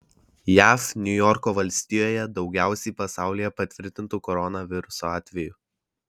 jav niujorko valstijoje daugiausiai pasaulyje patvirtintų koronaviruso atvejų